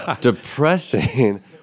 Depressing